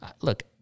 Look